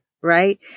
right